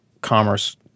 commerce